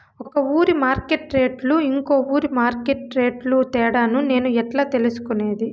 ఒక ఊరి మార్కెట్ రేట్లు ఇంకో ఊరి మార్కెట్ రేట్లు తేడాను నేను ఎట్లా తెలుసుకునేది?